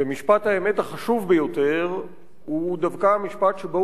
ומשפט האמת החשוב ביותר הוא דווקא משפט שבו